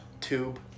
Tube